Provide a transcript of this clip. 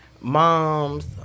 mom's